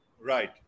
right